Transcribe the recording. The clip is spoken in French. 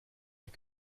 est